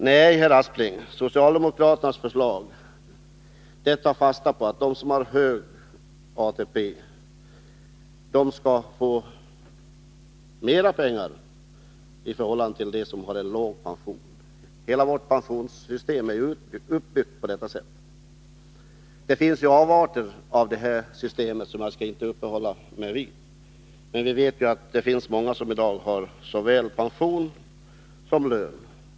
Nej, herr Aspling, socialdemokraternas förslag tar fasta på att de som har hög ATP skall få mera pengar i förhållande till dem som har låg pension. Hela vårt pensionssystem är uppbyggt på det sättet. Det finns avarter av detta system, som jag inte skall uppehålla mig vid. Men vi vet att det i dag finns många som har såväl pension som lön.